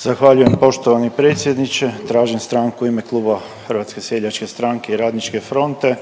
Zahvaljujem poštovani predsjedniče, tražim stranku u ime Kluba HSS i RF-a